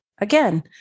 Again